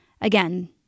Again